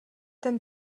ten